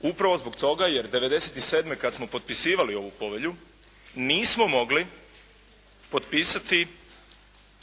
upravo zbog toga jer '97. kad smo potpisivali ovu povelju nismo mogli potpisati